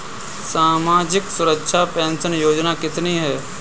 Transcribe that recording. सामाजिक सुरक्षा पेंशन योजना कितनी हैं?